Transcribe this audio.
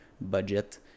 budget